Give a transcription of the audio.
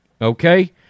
Okay